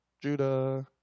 Judah